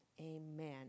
amen